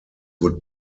would